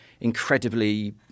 incredibly